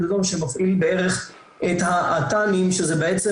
אדום שמפעיל בערך את האט"נים שזה בעצם,